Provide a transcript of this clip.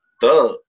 Thug